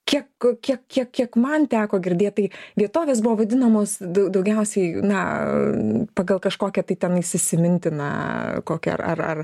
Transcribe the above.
kiek kiek kiek kiek man teko girdėt tai vietovės buvo vadinamos dau daugiausiai na pagal kažkokią tai ten įsimintiną kokią ar ar